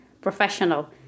professional